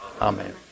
Amen